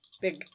big